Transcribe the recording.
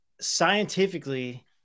scientifically